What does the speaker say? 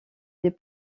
des